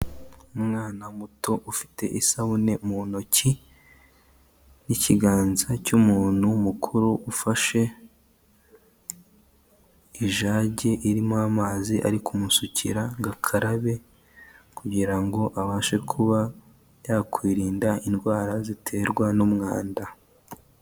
Umwana muto ufite isabune mu ntoki, ikiganza cy'umuntu mukuru ufashe ijage irimo amazi ari kumusukira ngo akarabe kugirango abashe kuba yakwirinda indwara ziterwa n'umwanda.